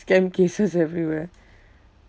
scam cases everywhere